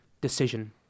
decision